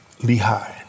Lehi